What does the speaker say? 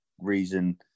reason